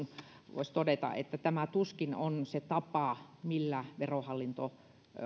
voisi todeta että tämä tuskin on se tapa millä verohallinto